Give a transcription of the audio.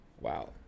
wow